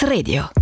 Radio